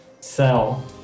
...sell